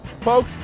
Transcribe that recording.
poke